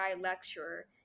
lecturer